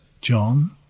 John